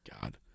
God